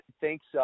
thanks